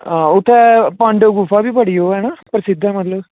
हा उत्थै पाडंव गुफा बी बड़ी ओह् है ना प्रसिद्ध मतलब